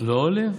לא עולים.